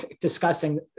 discussing